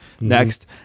next